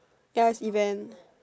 you want to see them